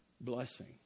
blessing